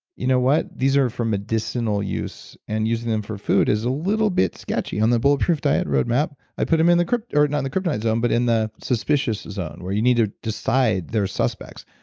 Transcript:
you know what, these are for medicinal use and using them for food is a little bit sketchy. on the bulletproof diet roadmap, i put them in the kryptonite, or, and not the kryptonite zone but in the suspicious zone where you need to decide, they're suspects,